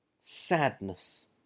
sadness